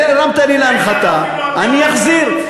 הרמת לי להנחתה, אני אחזיר.